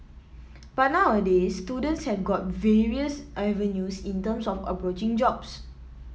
but nowadays students have got various avenues in terms of approaching jobs